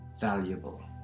valuable